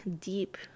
deep